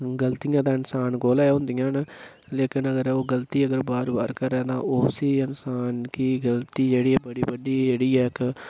गलतियां ते इन्सान कोला गै होंदिया न लेकिन अगर ओह् गलती अगर बार बार करै तां ओह् उसी इन्सान गी गलती जेह्ड़ी ऐ बड़ी बड्डी जेह्ड़ी ऐ इक